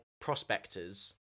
prospectors